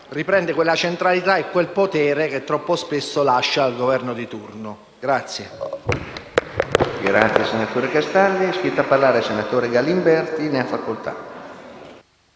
riprende quella centralità e quel potere che troppo spesso lascia al Governo di turno.